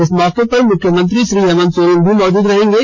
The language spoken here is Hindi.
इस मौके पर मुख्यमंत्री श्री हेमंत सोरेन भी मौजूद रहेंगे